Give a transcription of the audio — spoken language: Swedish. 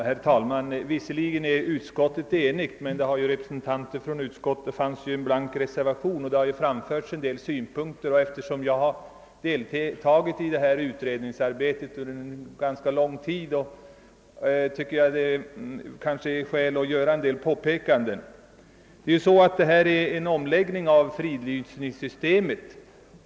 Herr talman! Visserligen är utskottet enigt, men det finns en blank reservation och i debatten har en del synpunkter framförts. Eftersom jag under ganska lång tid har deltagit i utredningsarbetet vill jag gärna göra några påpekanden. Förslaget gäller bl.a. en omläggning av fridlysningssystemet.